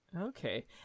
Okay